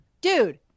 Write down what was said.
Dude